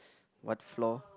what floor